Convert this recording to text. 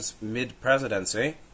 mid-presidency